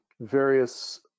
various